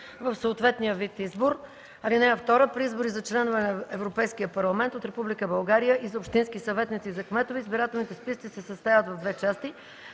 в съответния вид избор. (2) При избори за членове на Европейския парламент от Република България и за общински съветници и за кметове избирателните списъци се съставят в две части: